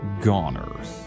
goners